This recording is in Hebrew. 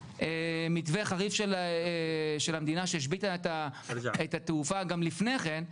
מתווה חריף של המדינה שהשביתה את התעופה גם לפני כן,